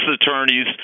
attorneys